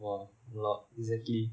!wow! a lot it's actually